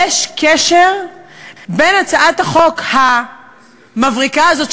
יש קשר בין הצעת החוק המבריקה הזאת,